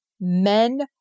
men